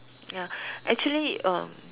ya actually uh